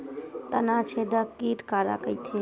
तनाछेदक कीट काला कइथे?